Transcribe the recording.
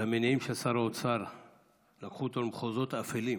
והמניעים של שר האוצר לקחו אותו למחוזות אפלים,